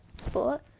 sport